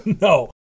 No